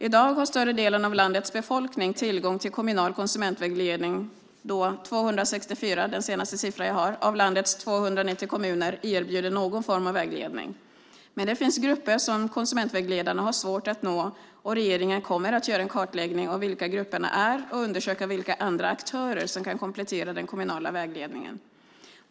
I dag har större delen av landets befolkning tillgång till kommunal konsumentvägledning, då 264 av landets 290 kommuner erbjuder någon form av vägledning. Men det finns grupper som konsumentvägledarna har svårt att nå, och regeringen kommer att göra en kartläggning av vilka dessa grupper är och undersöka vilka andra aktörer som kan komplettera den kommunala vägledningen.